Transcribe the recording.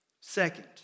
Second